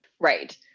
Right